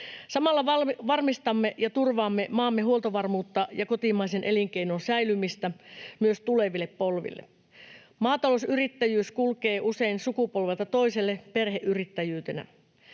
Samalla varmistamme ja turvaamme maamme huoltovarmuutta ja kotimaisen elinkeinon säilymistä myös tuleville polville. Maatalousyrittäjyys kulkee usein sukupolvelta toiselle perheyrittäjyytenä,